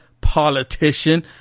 politician